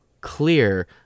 clear